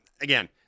again –